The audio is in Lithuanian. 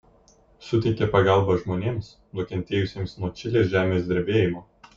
suteikė pagalbą žmonėms nukentėjusiems nuo čilės žemės drebėjimo